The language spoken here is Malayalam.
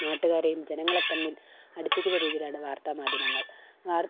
നാട്ടുകാരേയും ജനങ്ങളെ തമ്മിൽ അടിപ്പിക്കുന്ന രീതിയിലാണ് വാര്ത്താമാധ്യമങ്ങള് വാർത്ത